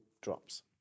drops